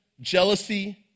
jealousy